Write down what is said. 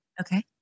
Okay